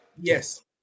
yes